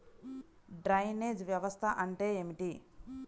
Drainage వ్యవస్థ అంటే ఏమిటి?